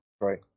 Right